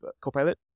Copilot